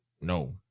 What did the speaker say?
No